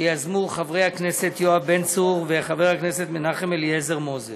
שיזמו חבר הכנסת יואב בן צור וחבר הכנסת אליעזר מנחם מוזס.